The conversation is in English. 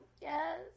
Yes